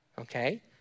Okay